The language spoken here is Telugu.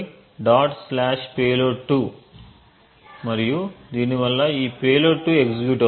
payload 2 మరియు దీనివల్ల ఈ payload 2 ఎగ్జిక్యూట్ అవుతుంది